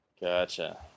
Gotcha